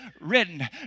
written